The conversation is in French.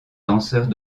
danseurs